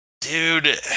Dude